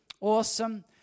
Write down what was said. Awesome